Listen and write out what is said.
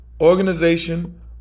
Organization